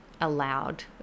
allowed